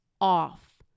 off